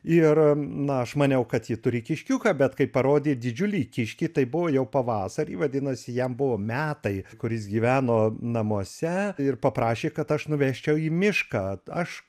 ir na aš maniau kad ji turi kiškiuką bet kai parodė didžiulį kiškį tai buvo jau pavasarį vadinasi jam buvo metai kur jis gyveno namuose ir paprašė kad aš nuvežčiau į mišką aš